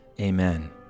Amen